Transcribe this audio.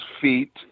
feet